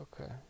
Okay